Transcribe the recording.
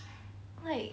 like